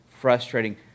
frustrating